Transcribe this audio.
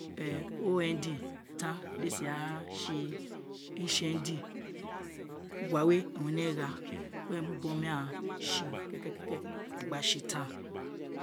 ond tan, di ee si ra se hno, wa we ene gha, were mo bi oma ghan se kekeke aghan gba se tan